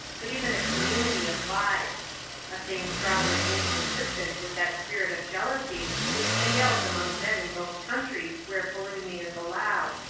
but even a community of wives a thing strongly inconsistent with that spirit of jealousy which prevails among men in most countries where polygamy is allowed.